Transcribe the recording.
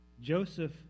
Joseph